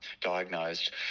diagnosed